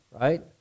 right